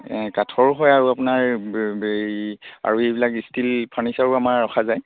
কাঠৰো হয় আৰু আপোনাৰ এই আৰু এইবিলাক ষ্টীল ফাৰ্নিচাৰো আমাৰ ৰখা যায়